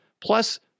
plus